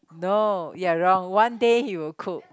no you're wrong one day he will cook